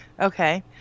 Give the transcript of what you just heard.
Okay